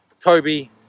Kobe